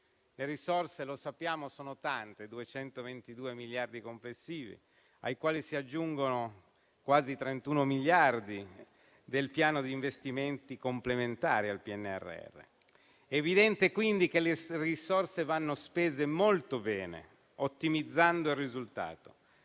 Le risorse - lo sappiamo - sono tante: 222 miliardi complessivi, ai quali si aggiungono i quasi 31 miliardi del Piano nazionale per gli investimenti complementari al PNRR. È evidente quindi che le risorse vanno spese molto bene, ottimizzando il risultato.